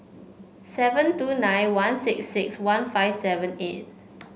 seven two nine one six six one five seven eight